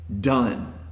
done